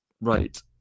right